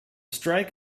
strike